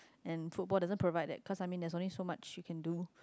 and football doesn't provide that cause I mean there's only so much you can do